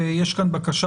ויש כאן בקשה,